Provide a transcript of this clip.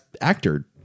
actor